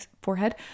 forehead